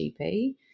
GP